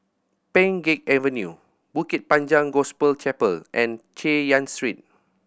Pheng Geck Avenue Bukit Panjang Gospel Chapel and Chay Yan Street